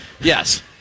Yes